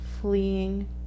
fleeing